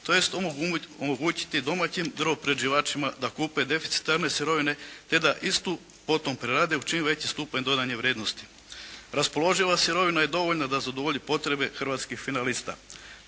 tj. omogućiti domaćim drvoprerađivačima da kupe deficitarne sirovine te da istu potom prerade u čim veći stupanj dodane vrijednosti. Raspoloživa sirovina je dovoljna da zadovolji potrebe hrvatskih finalista.